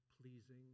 pleasing